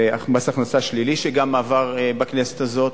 ומס הכנסה שלילי, שגם עבר בכנסת הזאת,